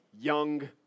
young